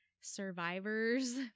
survivors